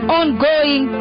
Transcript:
ongoing